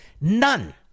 None